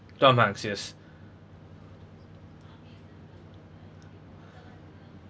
tom hanks yes